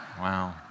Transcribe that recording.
Wow